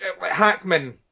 Hackman